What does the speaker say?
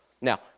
Now